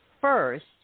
first